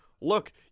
look